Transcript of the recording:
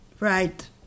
Right